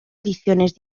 ediciones